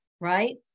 right